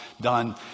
done